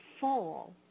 fall